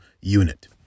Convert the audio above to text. unit